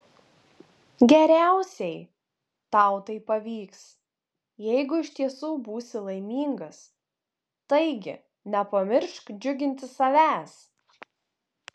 geriausiai tau tai pavyks jeigu iš tiesų būsi laimingas taigi nepamiršk džiuginti savęs